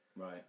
right